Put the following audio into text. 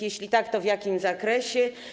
Jeśli tak, to w jakim zakresie?